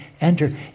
enter